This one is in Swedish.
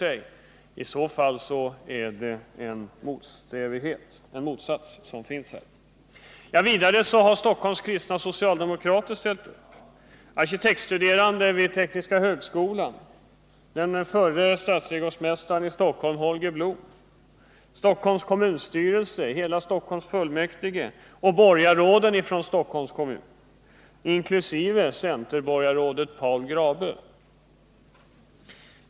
I så fall har det uppstått ett motsatsförhållande. Vidare har Stockholms kristna socialdemokrater ställt sig bakom kravet på ett slopande av garageplanerna. Detsamma gäller arkitektstuderande vid Tekniska högskolan, den förre stadsträdgårdsmästaren i Stockholm Holger Blom, Stockholms kommunstyrelse, hela Stockholms kommunfullmäktige och borgarråden i Stockholms kommun, inkl. centerborgarrådet Paul Grabö.